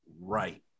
right